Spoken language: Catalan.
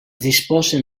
disposen